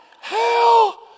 hell